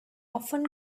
often